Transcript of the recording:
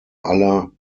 aller